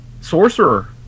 sorcerer